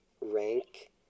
rank